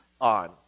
on